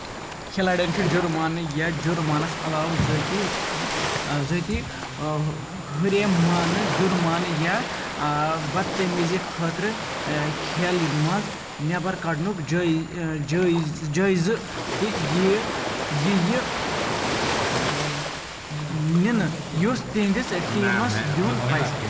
کھلاڑٮ۪ن چھُ جرمانہٕ یا جرمانَس علاوٕ ذٲتی ذٲتی ہُریمانہٕ جُرمانہٕ یا بدتعمیٖزی خٲطرٕ کھیلہِ منٛز نٮ۪بر کڑنُک جٲیزٕ تہِ ییہِ ییہِ ننہِ یُس تہنٛدِس ٹیٖمَس دِیُن پٔزِ